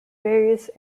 various